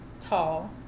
tall